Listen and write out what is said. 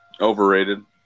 Overrated